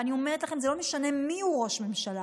ואני אומרת לכם, זה לא משנה מיהו ראש ממשלה,